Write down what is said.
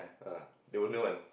ah they will know one